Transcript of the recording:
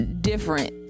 different